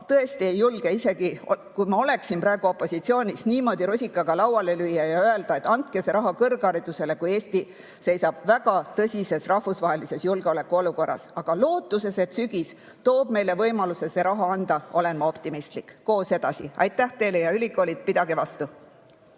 tõesti ei julge – isegi kui ma oleksin praegu opositsioonis – niimoodi rusikaga lauale lüüa ja öelda, et andke see raha kõrgharidusele, kui Eesti seisab väga tõsises rahvusvahelises julgeolekuolukorras. Aga lootuses, et sügis toob meile võimaluse see raha anda, olen ma optimistlik. Koos edasi! Aitäh teile ja, ülikoolid, pidage vastu!